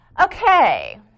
Okay